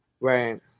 Right